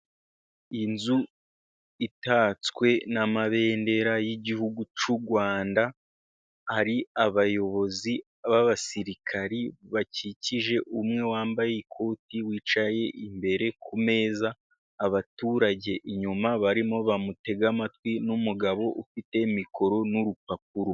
Inzu itatswe n'amabendera y'igihugu c'u Gwanda, hari abayobozi b'abasirikari bakikije umwe wambaye ikoti, wicaye imbere ku meza, abaturage inyuma barimo bamutega amatwi n'umugabo ufite mikoro n'urupapuro.